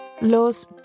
Los